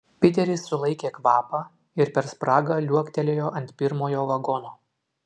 piteris sulaikė kvapą ir per spragą liuoktelėjo ant pirmojo vagono